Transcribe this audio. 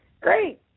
great